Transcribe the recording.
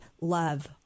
love